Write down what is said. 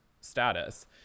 status